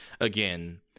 again